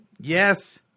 Yes